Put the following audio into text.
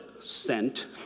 Sent